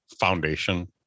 foundation